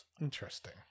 Interesting